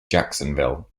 jacksonville